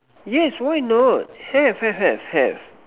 yes why not have have have have